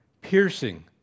piercing